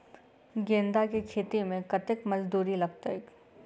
गेंदा केँ खेती मे कतेक मजदूरी लगतैक?